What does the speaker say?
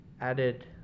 added